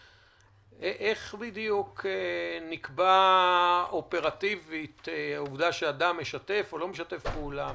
איך בדיוק נקבעת אופרטיבית העובדה שאדם משתף או לא משתף פעולה?